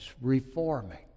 Reforming